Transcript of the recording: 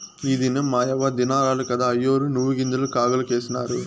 ఈ దినం మాయవ్వ దినారాలు కదా, అయ్యోరు నువ్వుగింజలు కాగులకేసినారు